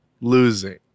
losing